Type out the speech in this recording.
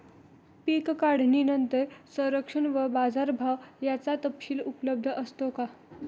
पीक काढणीनंतर संरक्षण व बाजारभाव याचा तपशील उपलब्ध असतो का?